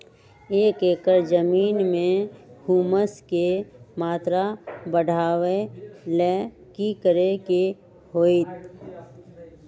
एक एकड़ जमीन में ह्यूमस के मात्रा बढ़ावे ला की करे के होतई?